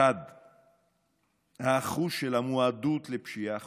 אחוז המועדות לפשיעה חוזרת,